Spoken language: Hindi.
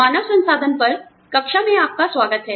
मानव संसाधन प्रबंधन पर कक्षा में आपका स्वागत है